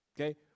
Okay